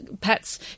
pets